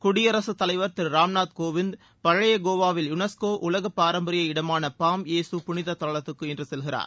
குடியரசுத் தலைவர் திரு ராம் நாத் கோவிந்த் பழைய கோவாவில் யுனஸ்கோ உலக பாரம்பரிய இடமான பாம் யேசு புனிதத் தலத்துக்கு இன்று செல்கிறார்